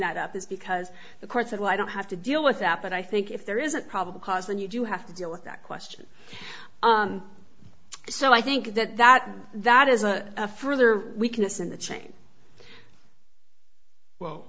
that up is because the courts of law i don't have to deal with that but i think if there isn't probable cause and you do have to deal with that question so i think that that that is a further weakness in the chain w